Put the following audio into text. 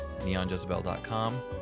neonjezebel.com